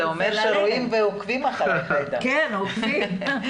זה אומר שרואים ועוקבים אחריך, עאידה.